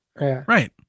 Right